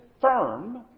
firm